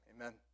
Amen